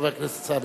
חבר הכנסת אלסאנע,